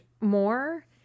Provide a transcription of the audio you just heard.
more